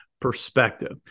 perspective